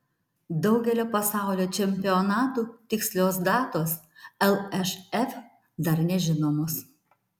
daugelio pasaulio čempionatų tikslios datos lšf dar nežinomos